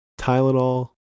Tylenol